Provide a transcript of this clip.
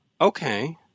okay